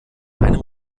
einem